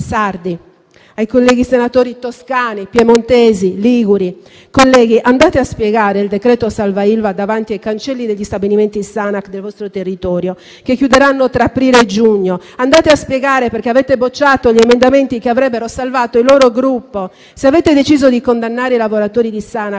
ai colleghi senatori sardi, toscani, piemontesi e liguri. Colleghi, andate a spiegare il decreto-legge salva Ilva davanti ai cancelli degli stabilimenti Sanac del vostro territorio che chiuderanno tra aprile e giugno; andate a spiegare perché avete bocciato gli emendamenti che avrebbero salvato il loro gruppo. Se avete deciso di condannare i lavoratori di Sanac,